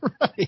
Right